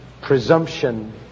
presumption